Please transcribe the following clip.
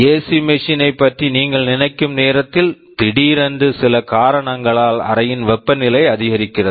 AC machine AC machine ஐப் பற்றி நீங்கள் நினைக்கும் நேரத்தில் திடீரென்று சில காரணங்களால் அறையின் வெப்ப நிலை அதிகரிக்கிறது